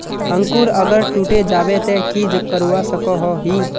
अंकूर अगर टूटे जाबे ते की करवा सकोहो ही?